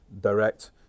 direct